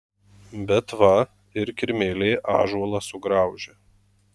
bet va ir kirmėlė ąžuolą sugraužia